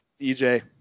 EJ